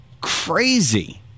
Crazy